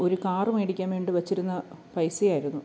ഒരു കാര് വാങ്ങിക്കാൻ വേണ്ടി വച്ചിരുന്ന പൈസയായിരുന്നു